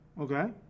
Okay